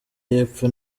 y’epfo